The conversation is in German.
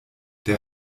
der